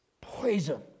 Poison